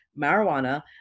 marijuana